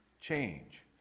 change